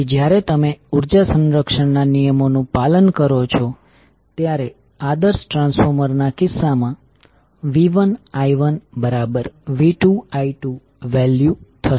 તેથી જ્યારે તમે ઉર્જા સંરક્ષણ ના નિયમો નું પાલન કરો છો ત્યારે આદર્શ ટ્રાન્સફોર્મર ના કિસ્સામાં v1i1v2i2 વેલ્યુ થશે